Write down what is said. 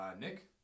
Nick